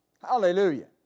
Hallelujah